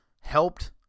helped